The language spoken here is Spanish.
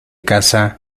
casa